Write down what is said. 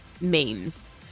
memes